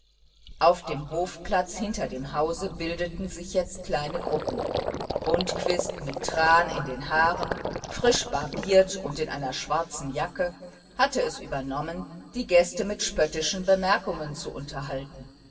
auf dem hofplatz hinter dem hause bildeten sich jetzt kleine gruppen rundquist mit tran in den haaren frisch barbiert und in einer schwarzen jacke hatte es übernommen die gäste mit spöttischen bemerkungen zu unterhalten